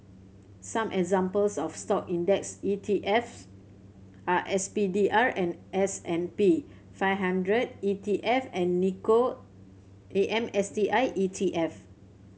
some examples of Stock index E T F s are S P D R and S and P five hundred E T F and Nikko A M S T I E T F